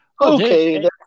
okay